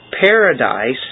paradise